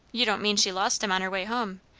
you don't mean she lost em on her way hum?